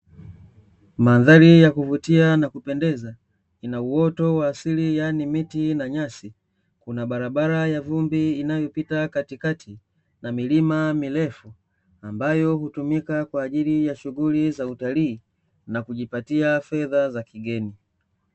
Mandhari ya kuvutia na kupendeza, Ina uoto wa asili, yaani miti na nyasi, Kuna barabara ya vumbi inayopita kati na milima mirefu ambayo hutumika kwa shughuli za utalii na kujipatia fedha za kigeni.